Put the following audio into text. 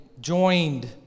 joined